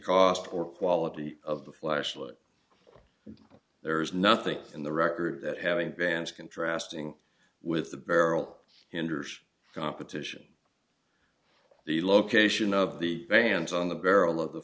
cost or quality of the flashlight there is nothing in the record that having bands contrasting with the barrel hinders competition the location of the bands on the barrel of the